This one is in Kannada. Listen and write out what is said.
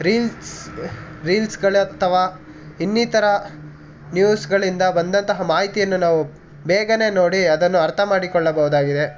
ರೀಲ್ಸ್ ರೀಲ್ಸ್ಗಳು ಅಥವಾ ಇನ್ನಿತರ ನ್ಯೂಸ್ಗಳಿಂದ ಬಂದಂತಹ ಮಾಹಿತಿಯನ್ನು ನಾವು ಬೇಗನೇ ನೋಡಿ ಅದನ್ನು ಅರ್ಥ ಮಾಡಿಕೊಳ್ಳಬೋದಾಗಿದೆ